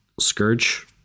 scourge